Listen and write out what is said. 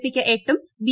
പിക്ക് എട്ടും ബി